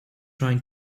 trying